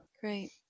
Great